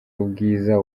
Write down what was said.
ubwiza